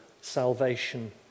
salvation